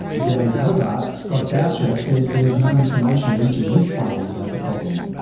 down in hobart, scott boucher says there's no information reaching his players about the problem.